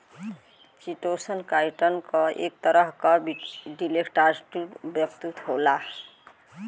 chitosan, chitin क एक तरह क डीएसेटाइलेटेड व्युत्पन्न होला